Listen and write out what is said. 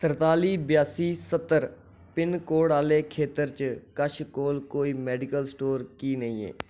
तरताली बेआसी सत्तर पिन्न कोड आह्ले खेतर च कच्छ कोल कोई मैडिकल स्टोर की नेईं ऐ